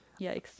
yikes